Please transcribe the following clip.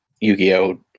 Yu-Gi-Oh